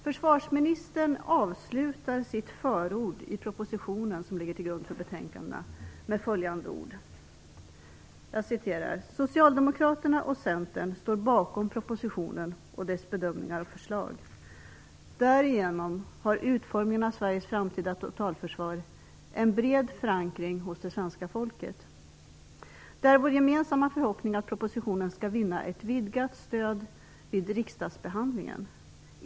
Försvarsministern avlutar sitt förord i propositionen som ligger till grund för betänkandena med följande ord: "Socialdemokraterna och Centerpartiet står bakom propositionen, dess bedömningar och förslag. Därigenom har utformningen av Sveriges framtida totalförsvar en bred förankring hos det svenska folket. Det är vår gemensamma förhoppning att propositionen skall vinna ett vidgat stöd vid riksdagsbehandlingen.